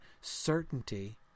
Certainty